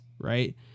right